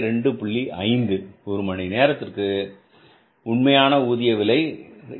5 ஒரு மணி நேரத்திற்கு ஒரு மணி நேரத்திற்கு உண்மையான ஊதிய விலை 2